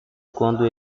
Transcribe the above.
quando